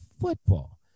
football